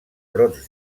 brots